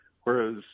whereas